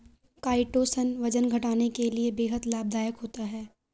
chitosan वजन घटाने के लिए बेहद लाभदायक होता है